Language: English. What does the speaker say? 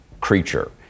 creature